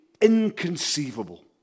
inconceivable